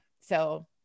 so-